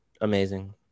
amazing